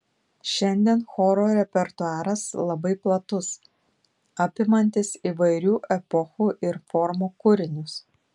šiandien choro repertuaras labai platus apimantis įvairių epochų ir formų kūrinius